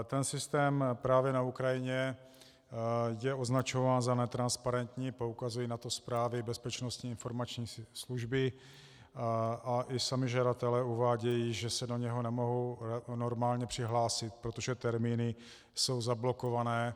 Ten systém právě na Ukrajině je označován za netransparentní, poukazují na to zprávy Bezpečnostní informační služby a i sami žadatelé uvádějí, že se do něho nemohou normálně přihlásit, protože termíny jsou zablokované.